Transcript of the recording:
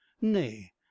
Nay